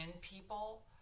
people